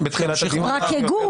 גור,